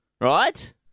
right